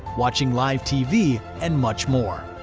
watching live tv and much more.